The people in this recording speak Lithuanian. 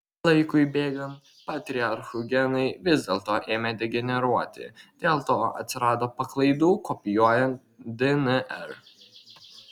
laikui bėgant patriarchų genai vis dėlto ėmė degeneruoti dėl to atsirado paklaidų kopijuojant dnr